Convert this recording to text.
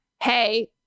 hey